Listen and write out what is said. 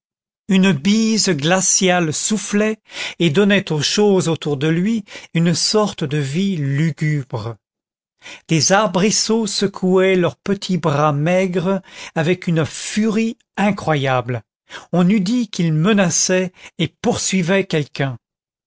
une bise glaciale soufflait et donnait aux choses autour de lui une sorte de vie lugubre des arbrisseaux secouaient leurs petits bras maigres avec une furie incroyable on eût dit qu'ils menaçaient et poursuivaient quelqu'un